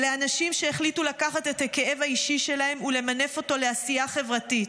אלה אנשים שהחליטו לקחת את הכאב האישי שלהם ולמנף אותו לעשייה חברתית.